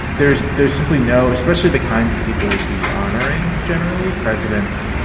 there's there's simply no especially the kinds of people would be honoring generally presidents,